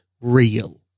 real